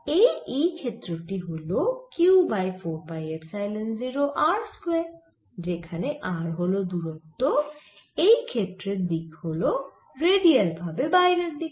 এই E ক্ষেত্র টি হল q by 4 pi epsilon 0 r square যেখানে r হল দূরত্ব এই ক্ষেত্রের দিক হল রেডিয়াল ভাবে বাইরের দিকে